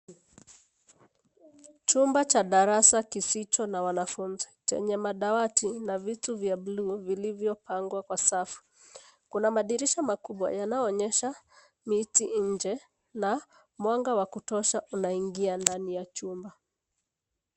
Chumba cha darasa kisicho na wanafunzi chenye madawati na vitu vya buluu vilivyopangwa kwa safu. Kuna madirisha makubwa yanayoonesha miti nje na mwanga wa kutosha unaingia ndani ya chumba.